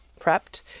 prepped